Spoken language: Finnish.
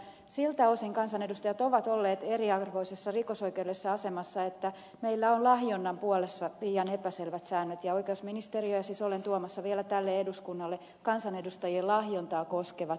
siltä osin kansanedustajat ovat olleet eriarvoisessa rikosoikeudellisessa asemassa että meillä on lahjonnan puolessa liian epäselvät säännöt ja olen tuomassa vielä tälle eduskunnalle kansanedustajien lahjontaa koskevat kiristyskriminalisoinnit